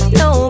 no